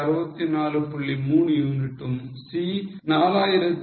3 யூனிட்டும் C 4020